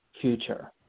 future